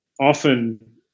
often